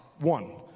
One